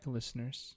listeners